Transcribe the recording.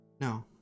No